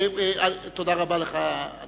אני